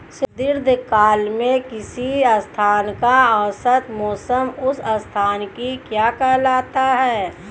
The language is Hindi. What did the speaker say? दीर्घकाल में किसी स्थान का औसत मौसम उस स्थान की क्या कहलाता है?